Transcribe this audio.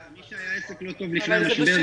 אם העסק היה לא טוב לפני המשבר,